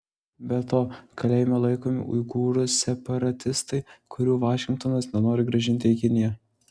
be to kalėjime laikomi uigūrų separatistai kurių vašingtonas nenori grąžinti į kiniją